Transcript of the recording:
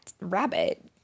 rabbit